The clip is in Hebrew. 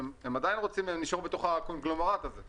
הם עדיין נשארו בתוך הקונגלומרט הזה.